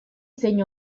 zein